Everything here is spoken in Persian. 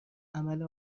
عمل